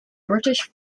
british